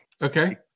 Okay